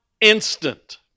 instant